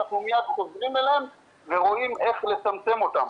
אנחנו מיד חוזרים אליהם ורואים איך לצמצם אותם.